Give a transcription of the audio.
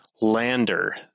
lander